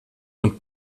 und